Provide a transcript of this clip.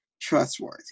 trustworthy